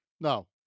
No